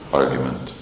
argument